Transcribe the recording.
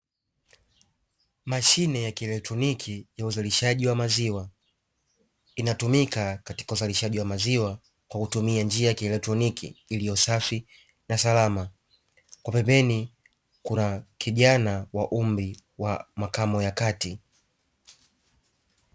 Mashine ya kielektroniki ya uzalishaji wa maziwa inatumika kwa uzalishaji wa maziwa, kwa kutumia njia ya kielektroniki iliyosafi na salama kwa pembeni kuna kijana wa umri wa makamo ya kati.